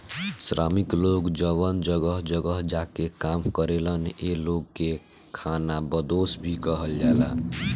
श्रमिक लोग जवन जगह जगह जा के काम करेलन ए लोग के खानाबदोस भी कहल जाला